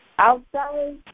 Outside